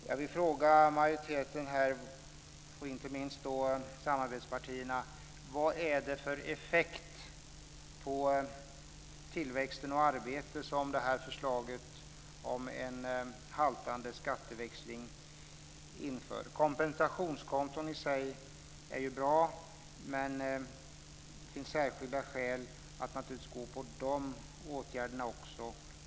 Jag vill fråga majoriteten, och inte minst samarbetspartierna, vad det är för effekt på tillväxt och arbete som detta förslag om en haltande skatteväxling medför. Kompensationskonton i sig är ju bra - det finns naturligtvis särskilda skäl att vidta de åtgärderna också.